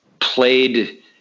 played –